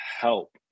help